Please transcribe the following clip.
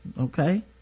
Okay